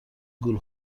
گول